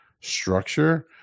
structure